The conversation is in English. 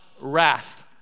wrath